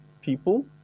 people